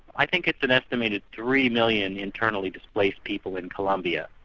i think it's an estimated three million internally displaced people in colombia.